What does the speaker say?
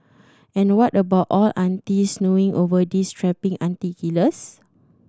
and what about all aunties swooning over these strapping auntie killers